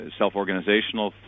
self-organizational